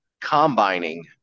Combining